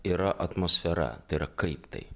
yra atmosfera tai yra kaip tai